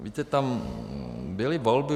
Víte, tam byly volby.